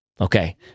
Okay